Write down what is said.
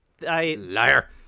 Liar